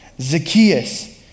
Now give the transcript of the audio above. Zacchaeus